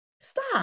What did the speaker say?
Stop